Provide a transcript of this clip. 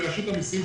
לרשות המיסים,